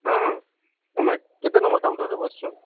ହଁ ତୁମେ କେତେ ନମ୍ବର କାଉଣ୍ଟରରେ ବସିଛନ୍